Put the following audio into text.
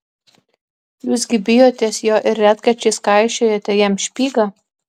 jūs gi bijotės jo ir retkarčiais kaišiojate jam špygą